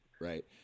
Right